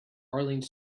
arlene